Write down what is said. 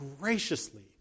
graciously